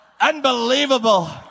unbelievable